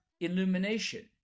illumination